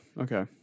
okay